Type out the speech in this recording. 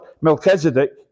Melchizedek